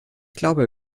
glaube